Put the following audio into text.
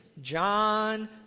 John